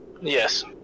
Yes